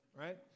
right